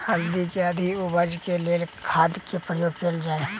हल्दी केँ अधिक उपज केँ लेल केँ खाद केँ प्रयोग कैल जाय?